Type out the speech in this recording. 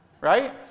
right